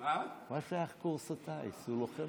הוא לוחם